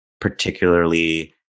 particularly